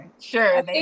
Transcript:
Sure